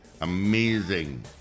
Amazing